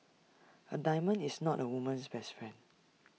A diamond is not A woman's best friend